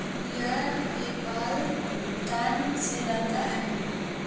India Nepal Bhutan Sri Lanka America